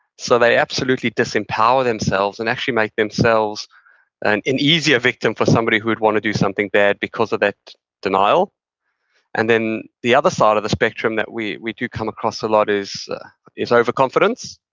so they absolutely disempower themselves and actually make themselves an an easier victim for somebody who would want to do something bad because of that denial and then, the other side of the spectrum that we we do come across a lot is is overconfidence.